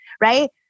right